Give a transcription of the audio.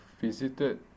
visited